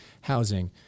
housing